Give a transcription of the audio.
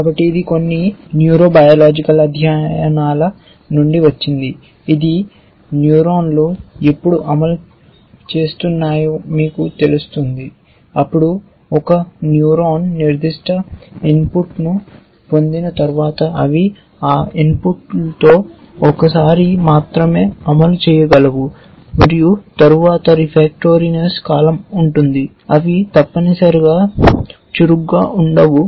కాబట్టి ఇది కొన్ని న్యూరోబయోలాజికల్ అధ్యయనాల నుండి వచ్చింది ఇది న్యూరాన్లు ఎప్పుడు అమలు చేస్తున్నాయో మీకు తెలుస్తుంది అప్పుడు ఒక న్యూరాన్ నిర్దిష్ట ఇన్పుట్ను పొందిన తర్వాత అవి ఆ ఇన్పుట్తో ఒకసారి మాత్రమే అమలు చేయగలవు మరియు తరువాత రెఫాక్టరీనేస్స్ కాలం ఉంటుంది అవి తప్పనిసరిగా చురుకుగా ఉండవు